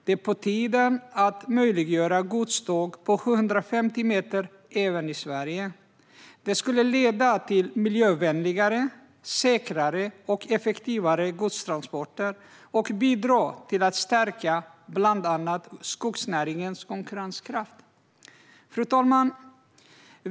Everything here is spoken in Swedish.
Det är på tiden att vi möjliggör godståg på 750 meter även i Sverige. Det skulle leda till miljövänligare, säkrare och effektivare godstransporter och bidra till att stärka bland annat skogsnäringens konkurrenskraft. Fru talman!